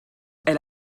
elle